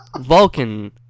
Vulcan